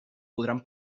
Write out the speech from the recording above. podran